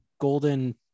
golden